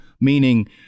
meaning